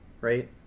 right